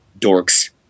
dorks